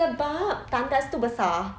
sebab tandas tu besar